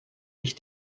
ich